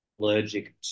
allergic